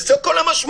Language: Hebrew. וזאת כל המשמעות.